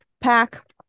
pack